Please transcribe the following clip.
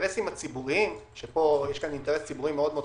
והאינטרסים הציבוריים, שפה יש אינטרס ציבורי חשוב,